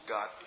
God